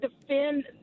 defend